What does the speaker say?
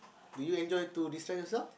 do you enjoy to de stress yourself